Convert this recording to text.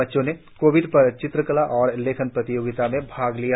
बच्चों ने कोविड पर चित्रकला और लेखन प्रतियोगिता में भाग लिया